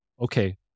okay